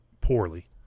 poorly